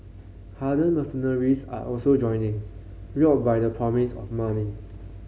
hardened mercenaries are also joining lured by the promise of money